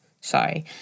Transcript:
sorry